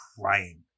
crying